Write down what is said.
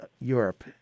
Europe